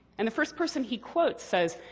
and the first person he quotes says,